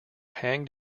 hanged